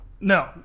No